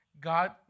God